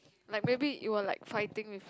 like maybe you were like fighting with